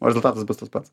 o rezultatas bus tas pats